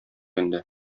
инде